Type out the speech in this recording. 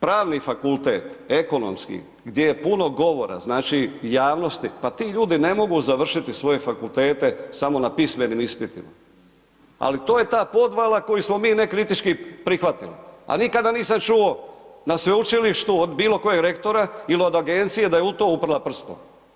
Pravni fakultet, Ekonomski gdje je puno govora, znači, javnosti pa ti ljudi ne mogu završiti svoje fakultete samo na pismenim ispitima, ali to je ta podvala koju smo mi nekritički prihvatili a nikada nisam čuo na sveučilištu od bilokojeg rektora ili od agencije da je da je u to uprla prstom.